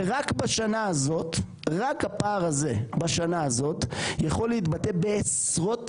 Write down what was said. רק הפער הזה בשנה הזאת יכול להתבטא בעשרות